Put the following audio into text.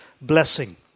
blessing